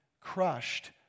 crushed